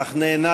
אך נענה